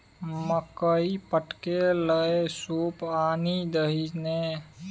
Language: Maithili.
मकई फटकै लए सूप आनि दही ने